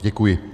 Děkuji.